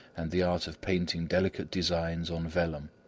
and the art of painting delicate designs on vellum.